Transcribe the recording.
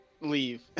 leave